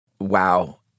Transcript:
wow